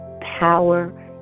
power